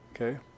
Okay